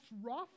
rough